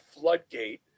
floodgate